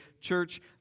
church